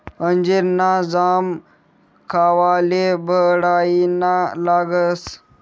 अंजीर ना जाम खावाले बढाईना लागस